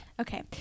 Okay